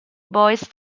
boys